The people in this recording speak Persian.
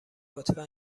لطفا